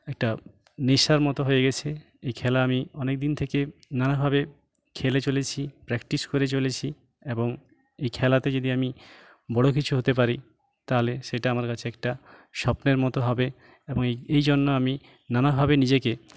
একটা নেশার মতো হয়ে গেছে এই খেলা আমি অনেক দিন থেকে নানাভাবে খেলে চলেছি প্র্যাকটিস করে চলেছি এবং এই খেলাতে যদি আমি বড়ো কিছু হতে পারি তাহলে সেটা আমার কাছে একটা স্বপ্নের মতো হবে এবং এই জন্য আমি নানাভাবে নিজেকে